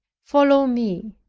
follow me,